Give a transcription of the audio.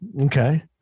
Okay